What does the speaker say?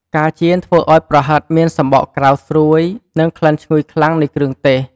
ការចៀនធ្វើឱ្យប្រហិតមានសំបកក្រៅស្រួយ និងក្លិនឈ្ងុយខ្លាំងនៃគ្រឿងទេស។